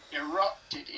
erupted